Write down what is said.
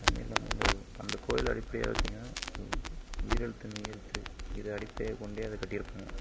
தமிழ் வந்து அந்தக்கோயில் அடிப்படையாகப் பார்த்திங்கன்னா உயிர் எழுத்து மெய் எழுத்து இதை அடிப்படையாகக் கொண்டு அதை கட்டி இருப்பாங்க